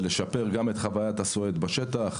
בנוסף, גם לשפר את חווית הסועד בשטח.